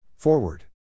Forward